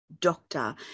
doctor